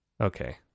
Okay